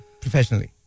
professionally